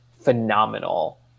phenomenal